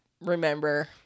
remember